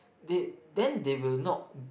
they then they will not